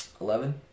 Eleven